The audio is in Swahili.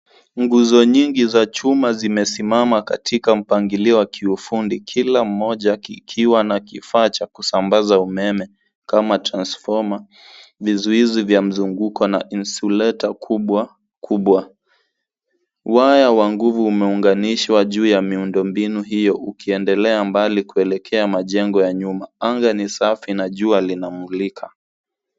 Nguzo nyingi za chuma zimesimama katika mpangilio wa kiufundi kila moja kikiwa na kifaa cha kusambaza umeme kama transfoma, vizuizi vya mzunguko na insulator kubwa kubwa. Waya wa nguvu umeunganishwa juu ya miundo mbinu hiyo ukiendelea mbali kuelekea majengo ya nyuma. Anga ni safi na jua linamulika.